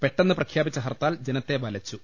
പെട്ടെന്നു പ്രഖ്യാപിച്ച ഹർത്താൽ ജനത്തെ വലച്ചു